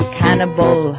cannibal